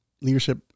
leadership